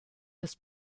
des